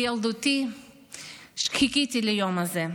בילדותי חיכיתי ליום הזה.